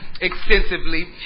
extensively